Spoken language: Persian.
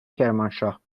کرمانشاه